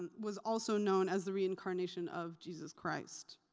and was also known as the reincarnation of jesus christ.